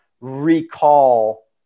recall